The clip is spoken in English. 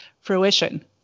fruition